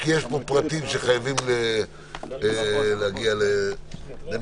כי יש פה פרטים שחייבים להגיע למיצוי.